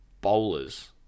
bowlers